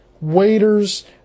Waiters